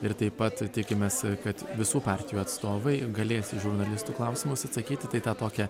ir taip pat tikimės kad visų partijų atstovai galės į žurnalistų klausimus atsakyti tai tą tokią